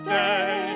day